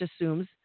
assumes